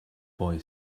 boy